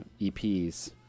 eps